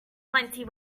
plenty